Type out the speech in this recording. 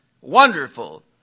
wonderful